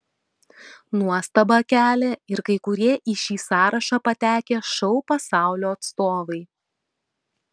nuostabą kelia ir kai kurie į šį sąrašą patekę šou pasaulio atstovai